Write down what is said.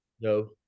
No